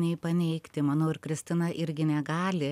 nei paneigti manau ir kristina irgi negali